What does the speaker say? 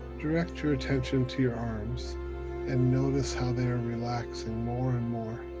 direct your attention to your arms and notice how they are relaxing more and more.